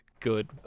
good